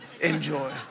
enjoy